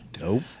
Nope